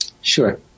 Sure